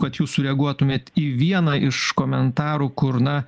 kad jūs sureaguotumėt į vieną iš komentarų kur na